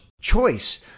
choice